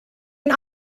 een